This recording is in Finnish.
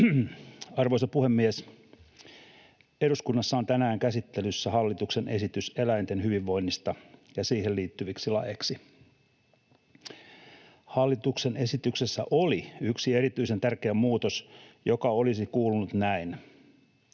Arvoisa puhemies! Eduskunnassa on tänään käsittelyssä hallituksen esitys eläinten hyvinvoinnista ja siihen liittyviksi laeiksi. Hallituksen esityksessä oli yksi erityisen tärkeä muutos, joka olisi kuulunut näin: